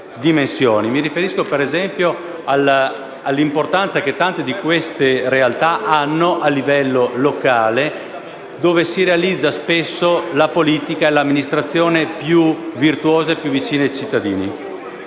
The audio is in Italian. Penso - ad esempio - all'importanza che tante di queste realtà hanno a livello locale, dove spesso si realizzano la politica e l'amministrazione più virtuose e vicine ai cittadini.